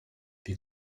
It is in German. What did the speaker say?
wie